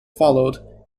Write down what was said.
followed